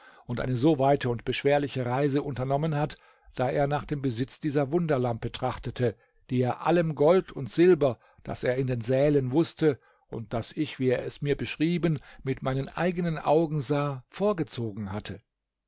und eine so weite und beschwerliche reise unternommen hat da er nach dem besitz dieser wunderlampe trachtete die er allem gold und silber das er in den sälen wußte und das ich wie er es mir beschrieben mit meinen eigen augen sah vorgezogen hatte